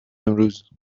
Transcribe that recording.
امروز